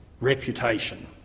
reputation